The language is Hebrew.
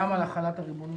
הבחינה הרפואית,